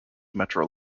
metro